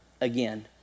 again